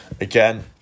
again